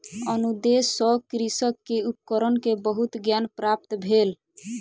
अनुदेश सॅ कृषक के उपकरण के बहुत ज्ञान प्राप्त भेल